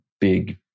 big